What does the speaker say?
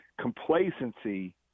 Complacency